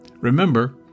Remember